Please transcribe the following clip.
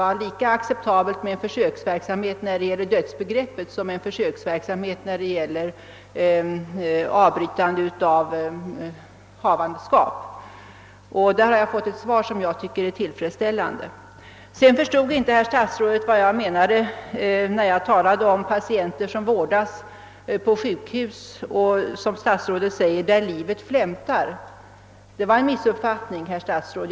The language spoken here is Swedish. Frågan gällde huruvida en försöksverksamhet beträffande dödsbegreppet skulle vara lika acceptabel som en försöksverksamhet beträffande avbrytande av havandeskap, och jag har fått ett svar på den punkten som jag tycker är tillfredsställande. Herr statsrådet förstod inte vad jag menade när jag talade om patienter som vårdas på sjukhus och — som statsrådet säger — där livet flämtar. Det var en missuppfattning, herr statsråd.